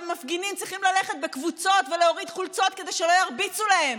שמפגינים צריכים ללכת בקבוצות ולהוריד חולצות כדי שלא ירביצו להם,